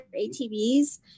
ATVs